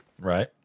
Right